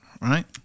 Right